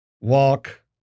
walk